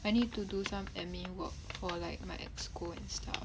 I need to do some admin work for like my exco and stuff